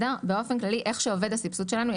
באופן כללי כפי שעובד הסבסוד שלנו,